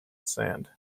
sand